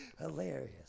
hilarious